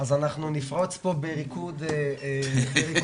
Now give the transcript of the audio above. אז אנחנו נפרוץ פה בריקוד סוער.